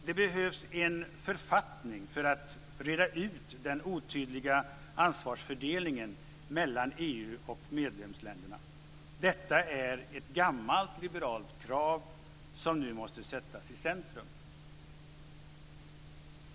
Det behövs en författning för att reda ut den otydliga ansvarsfördelningen mellan EU och medlemsländerna. Detta är ett gammalt liberalt krav som nu måste sättas i centrum.